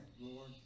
Lord